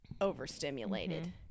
overstimulated